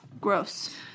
Gross